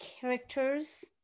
characters